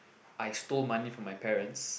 I stole money from my parents